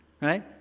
right